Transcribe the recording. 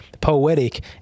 poetic